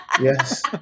Yes